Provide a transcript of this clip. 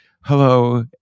hello